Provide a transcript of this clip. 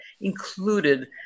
included